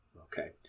okay